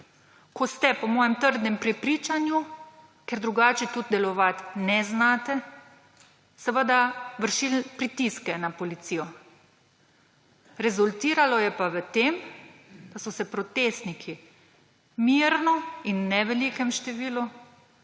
ko ste po mojem trdnem prepričanju, ker drugače tudi delovati ne znate, vršili pritiske na policijo. Rezultiralo je pa v tem, da so se protestniki mirno in ne v velikem številu